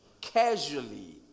Casually